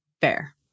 Fair